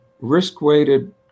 risk-weighted